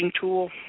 tool